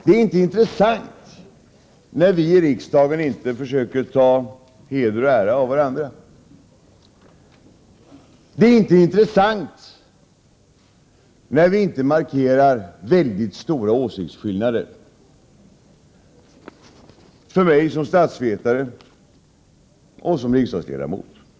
Det är inte intressant när vi i riksdagen inte försöker ta heder och ära av varandra. Det är inte intressant när vi inte markerar väldigt stora åsiktsskillnader. För mig som statsvetare och som riksdagsledamot återstår — Prot.